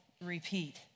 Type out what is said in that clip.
repeat